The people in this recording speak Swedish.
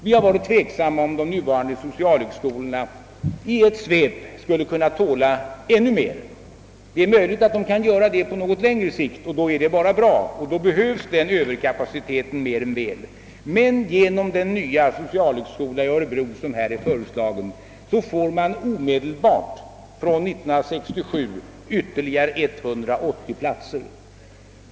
Vi har ansett det tveksamt, om de nuvarande so cialhögskolorna i ett svep skulle kunna tåla ännu mer. Det är möjligt att de gör det på något längre sikt, och i så fall är det bara bra. Den överkapaciteten behövs mer än väl. Men genom den nya socialhögskola som föreslås i Örebro får vi från och med 1967 ytterligare 180 platser.